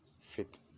fit